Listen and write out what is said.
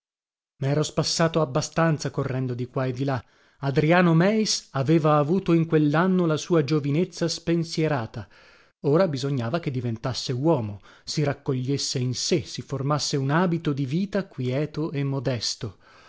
libertà mero spassato abbastanza correndo di qua e di là adriano meis aveva avuto in quellanno la sua giovinezza spensierata ora bisognava che diventasse uomo si raccogliesse in sé si formasse un abito di vita quieto e modesto